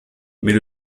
mais